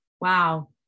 wow